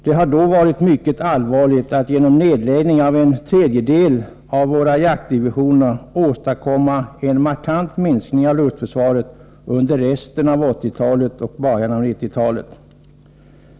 Det hade då varit mycket allvarligt att genom nedläggning av en tredjedel av våra jaktdivisioner åstadkomma en markant minskning av luftförsvaret under resten av 1980-talet och början av 1990-talet.